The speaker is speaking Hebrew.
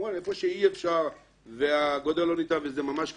היכן שאי אפשר והגודל לא ניתן וזה ממש קיצוני,